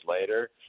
later